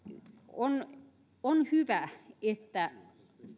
on on hyvä että